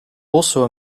also